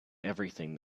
everything